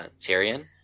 Tyrion